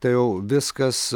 tai jau viskas